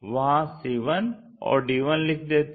वहां c1 और d1 लिख देते हैं